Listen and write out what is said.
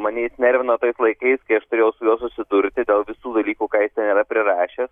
mane jis nervino tais laikais kai aš turėjau su juo susidurti dėl visų dalykų ką jis ten yra prirašęs